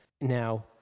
Now